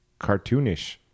cartoonish